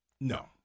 No